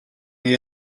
they